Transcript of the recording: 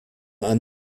ein